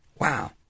Wow